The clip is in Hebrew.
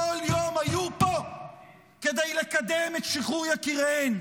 יום היו פה כדי לקדם את שחרור יקיריהן,